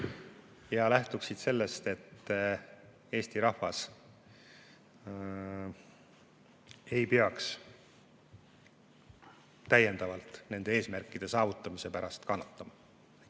ja lähtuksid sellest, et Eesti rahvas ei peaks täiendavalt nende eesmärkide saavutamise pärast kannatama.